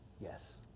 yes